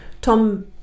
Tom